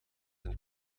een